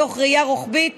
מתוך ראייה רוחבית